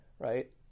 Right